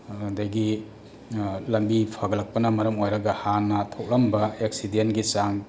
ꯑꯗꯒꯤ ꯂꯝꯕꯤ ꯐꯒꯠꯂꯛꯄꯅ ꯃꯔꯝ ꯑꯣꯏꯔꯒ ꯍꯥꯟꯅ ꯊꯣꯛꯂꯝꯕ ꯑꯦꯛꯁꯤꯗꯦꯟꯒꯤ ꯆꯥꯡ